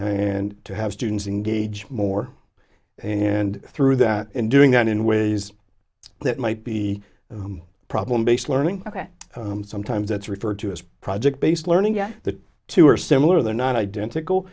and to have students engage more and through that and doing that in ways that might be the problem based learning ok sometimes it's referred to as project based learning the two are similar they're not identical